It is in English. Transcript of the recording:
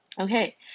Okay